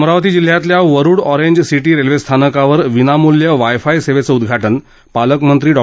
अमरावती जिल्ह्यातल्या Warud Orange City railway स्थानकावर विनामूल्य वायफाय सेवेचं उदघाटन पालकमंत्री डॉ